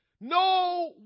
no